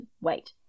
wait